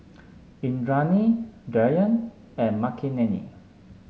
Indranee Dhyan and Makineni